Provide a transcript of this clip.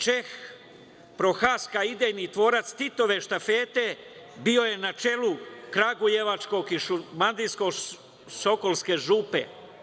Čeh Prohaska, idejni tvorac Titove štafete bio je na čelu kragujevačkog i šumadijsko-sokolske župe.